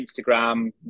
Instagram